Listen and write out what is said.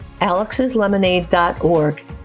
alexslemonade.org